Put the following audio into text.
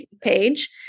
page